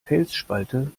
felsspalte